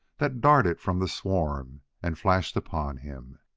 that darted from the swarm and flashed upon him.